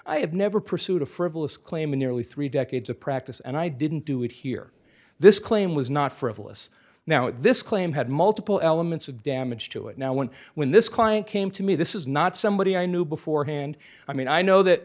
i have never pursued a frivolous claim in nearly three decades of practice and i didn't do it here this claim was not frivolous now this claim had multiple elements of damage to it now when when this client came to me this is not somebody i knew beforehand i mean i know that